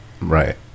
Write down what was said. Right